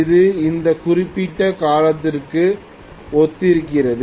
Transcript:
இது இந்த குறிப்பிட்ட காலத்திற்கு ஒத்திருக்கிறது